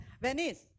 Venice